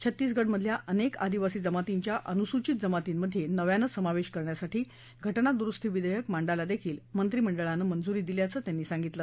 छत्तीसगडमधल्या अनेक आदिवासी जमातींच्या अनुसूचित जमातींमधे नव्यानं समावेश करण्यासाठी घ जा दुरुस्ती विधेयक मांडायलाही मंत्रिमंडळानं मंजुरी दिली असल्याचं त्यांनी सांगितलं